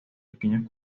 pequeños